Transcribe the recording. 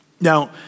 Now